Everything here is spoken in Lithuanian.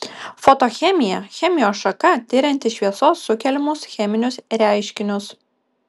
fotochemija chemijos šaka tirianti šviesos sukeliamus cheminius reiškinius